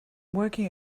working